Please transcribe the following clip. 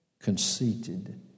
conceited